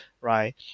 right